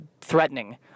threatening